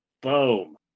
Boom